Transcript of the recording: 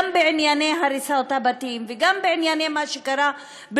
גם בענייני הריסת הבתים וגם בענייני אום-אלחיראן,